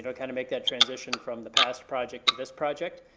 of kind of make that transition from the past project to this project,